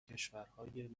کشورهای